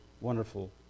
wonderful